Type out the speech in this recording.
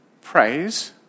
praise